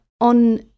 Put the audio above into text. on